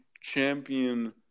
champion